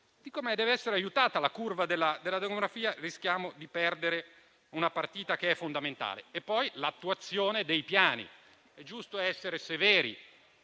di come dev'essere aiutata la curva della demografia, rischiamo di perdere una partita fondamentale. Mi soffermo infine sull'attuazione dei piani. È giusto essere severi: